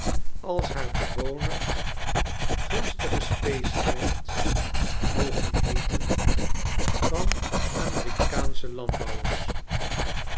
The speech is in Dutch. als haar bewoners gunstige specimesmogenheeten van amerikaansche landbouwers